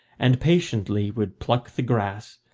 and patiently would pluck the grass,